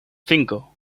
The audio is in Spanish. cinco